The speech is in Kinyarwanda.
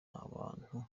abantu